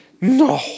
No